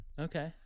okay